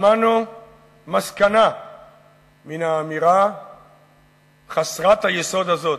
שמענו מסקנה מן האמירה חסרת היסוד הזאת,